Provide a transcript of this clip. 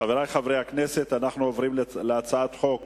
חברי חברי הכנסת, אנחנו עוברים להצעת חוק